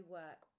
work